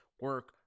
Work